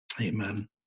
amen